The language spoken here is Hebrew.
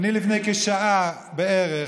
אדוני היושב-ראש,